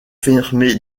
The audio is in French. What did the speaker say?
fermé